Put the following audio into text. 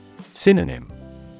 Synonym